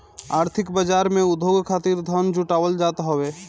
आर्थिक बाजार उद्योग खातिर धन जुटावल जात हवे